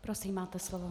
Prosím, máte slovo.